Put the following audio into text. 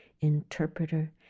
interpreter